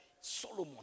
Solomon